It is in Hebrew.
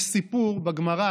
יש סיפור בגמרא